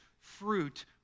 fruit